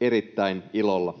erittäin ilolla.